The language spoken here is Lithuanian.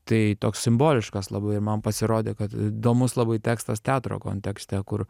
tai toks simboliškas labai ir man pasirodė kad įdomus labai tekstas teatro kontekste kur